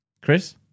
Chris